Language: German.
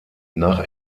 nach